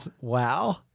Wow